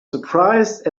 surprised